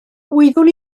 wyddwn